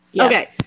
okay